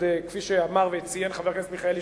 כפי שאמר וציין חבר הכנסת מיכאלי,